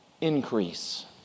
increase